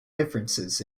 differences